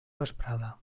vesprada